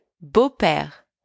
beau-père